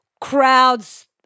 crowds